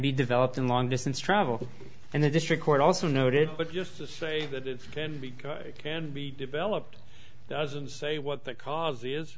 be developed in long distance travel and the district court also noted but just to say that it's can be can be developed doesn't say what the cause